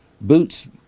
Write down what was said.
Boots